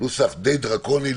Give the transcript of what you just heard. נוסח די דרקוני,